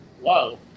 Wow